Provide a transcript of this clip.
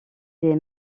des